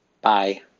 Bye